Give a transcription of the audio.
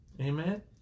Amen